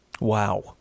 Wow